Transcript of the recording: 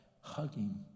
hugging